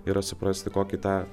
yra suprasti kokį tą